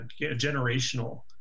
generational